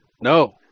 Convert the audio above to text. No